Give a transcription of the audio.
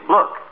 Look